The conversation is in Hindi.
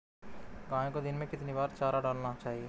गाय को दिन में कितनी बार चारा डालना चाहिए?